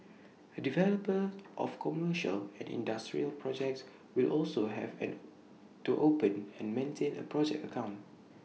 the developers of commercial and industrial projects will also have an no to open and maintain A project account